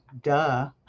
duh